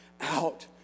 out